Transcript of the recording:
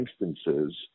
instances